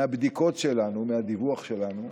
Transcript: מהבדיקות שלנו, מהדיווח שלנו,